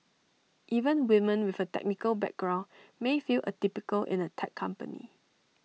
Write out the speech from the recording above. even women with A technical background may feel atypical in A tech company